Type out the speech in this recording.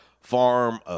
Farm